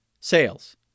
sales